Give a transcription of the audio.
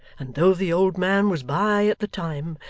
and though the old man was by at the time,